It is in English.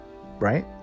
Right